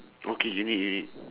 okay you need you need